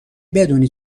بدونی